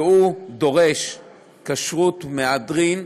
והוא דורש כשרות מהדרין,